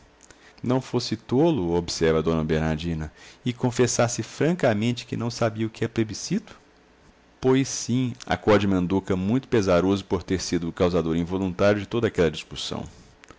não fosse tolo observa dona bernardina e confessasse francamente que não sabia o que é plebiscito pois sim acode manduca muito pesaroso por ter sido o causador involuntário de toda aquela discussão